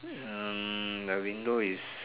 hmm the window is